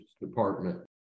Department